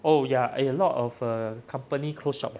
oh ya eh a lot of err company close shop leh